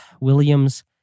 Williams